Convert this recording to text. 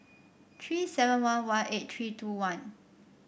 three seven one one eight three two one